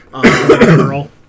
girl